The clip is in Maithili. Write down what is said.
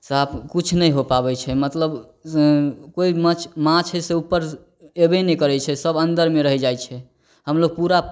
साफ किछु नहि हो पाबै छै मतलब कोइ माछ माछ जे छै से उपर अएबे नहि करै छै सब अन्दरमे रहि जाइ छै हमलोक पूरा